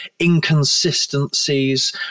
inconsistencies